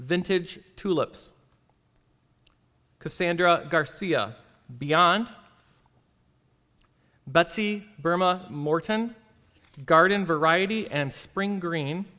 vintage tulips cassandra garcia beyond but see burma morton garden variety and spring green